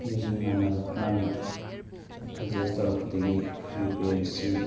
ꯑꯩꯒꯤ ꯏꯃꯥꯟꯅꯕ ꯈꯔꯅ ꯁꯖꯦꯖ ꯇꯧꯔꯛꯄꯗꯒꯤ ꯌꯨ ꯄꯤ ꯑꯦꯁꯁꯤ